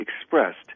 expressed